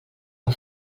amb